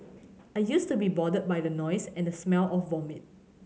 I used to be bothered by the noise and the smell of vomit